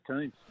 teams